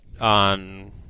on